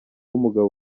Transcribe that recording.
umugabo